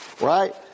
right